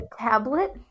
tablet